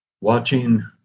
watching